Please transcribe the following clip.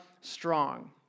strong